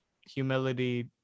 humility